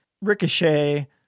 Ricochet